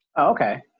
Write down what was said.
okay